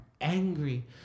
angry